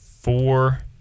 four